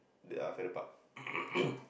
the ah Farrer-Park